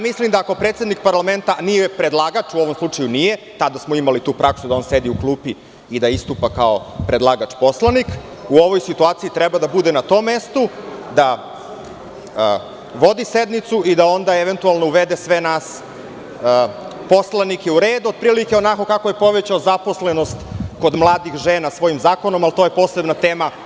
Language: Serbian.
Mislim da ako predsednik parlamenta nije predlagač, a u ovom slučaju nije tada smo imali tu praksu da on sedi u klupi i da istupa kao predlagač poslanik, u ovoj situaciji treba da bude na tom mestu, da vodi sednicu i da onda eventualno uvede sve nas poslanike u red, otprilike onako kako je povećao zaposlenost kod mladih žena svojim zakonom, ali to je posebna tema.